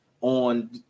on